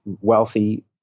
wealthy